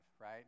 right